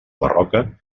barroca